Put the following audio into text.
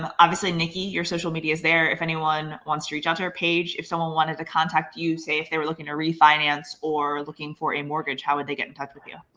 um obviously, nikki, your social media is there. if anyone wants to reach out to her page, if someone wanted to contact you say if they were looking to refinance or looking for a mortgage, how would they get in touch with you?